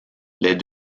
les